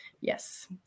Yes